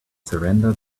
surrender